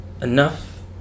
enough